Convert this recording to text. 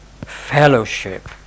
fellowship